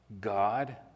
God